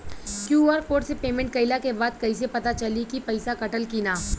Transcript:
QR code से payment कईला के बाद कईसे पता चली की पैसा कटल की ना?